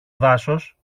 δάσος